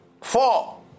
Four